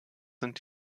sind